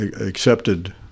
accepted